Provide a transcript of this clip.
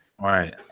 Right